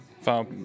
Enfin